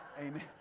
Amen